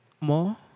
More